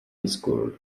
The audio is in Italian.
school